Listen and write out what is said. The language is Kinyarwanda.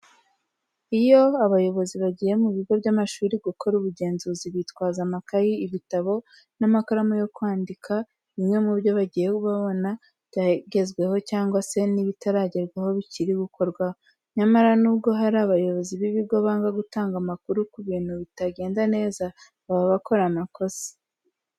Iyo abayobozi bagiye mu bigo by'amashuri gukora ubugenzuzi bitwaza amakayi, ibitabo n'amakaramu yo kwandika bimwe mu byo bagiye babona byagezweho cyangwa se n'ibitaragerwaho bikiri gukorwaho. Nyamara nubwo hari abayobozi b'ibigo banga gutanga amakuru ku bintu bitagenda neza, baba bakora amakosa.